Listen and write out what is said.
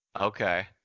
Okay